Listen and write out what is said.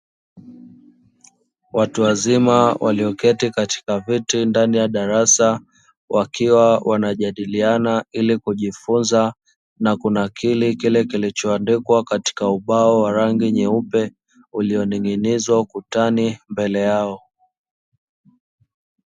Watu wazima walioketi katika viti ndani ya darasa, wakiwa wanajadiliana ili kujifunza na kunakili kile kilichoandikwa katika ubao rangi nyeupe ulioning’inizwa ukutani mbele yao.